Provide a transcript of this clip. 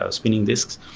ah spinning disks.